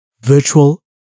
virtual